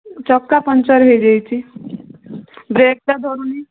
ଚକା ପଙ୍କ୍ଚର୍ ହେଇଯାଇଚି ବ୍ରେକ୍ଟା ଧରୁନି